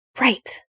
right